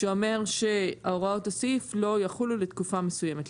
שאומר שהוראות הסעיף לא יחולו לתקופה מסוימת.